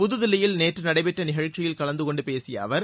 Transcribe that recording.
புதுதில்லியில் நேற்று நடைபெற்ற நிகழ்ச்சியில் கலந்தகொண்டு பேசிய அவர்